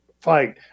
fight